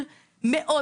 ובין אם אלה ילדים של,